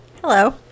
Hello